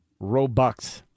Robux